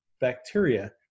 bacteria